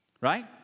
right